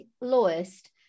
lowest